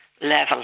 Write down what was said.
level